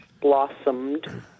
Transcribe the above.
blossomed